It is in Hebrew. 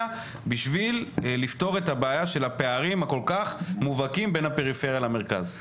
בשביל לפתור את הבעיה של הפערים הכול כך מובהקים בין הפריפריה למרכז.